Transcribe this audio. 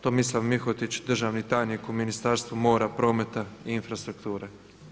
Tomislav Mihotić, državni tajnik u Ministarstvu mora, prometa i infrastrukture.